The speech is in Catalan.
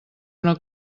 una